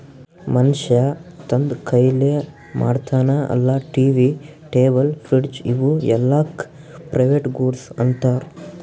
ಮನ್ಶ್ಯಾ ತಂದ್ ಕೈಲೆ ಮಾಡ್ತಾನ ಅಲ್ಲಾ ಟಿ.ವಿ, ಟೇಬಲ್, ಫ್ರಿಡ್ಜ್ ಇವೂ ಎಲ್ಲಾಕ್ ಪ್ರೈವೇಟ್ ಗೂಡ್ಸ್ ಅಂತಾರ್